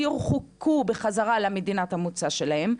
ועד שהם יורחקו בחזרה למדינת המוצא שלהם,